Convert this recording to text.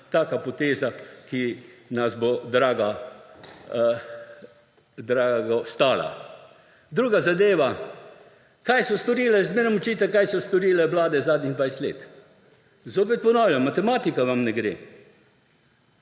taka poteza, ki nas bo drago stala. Druga zadeva. Zmeraj očitek, kaj so storile vlade zadnjih 20 let. Zopet ponavljam, matematika vam ne gre.